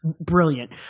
Brilliant